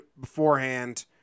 beforehand